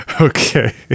Okay